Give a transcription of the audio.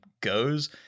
goes